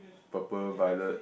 purple violet